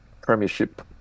premiership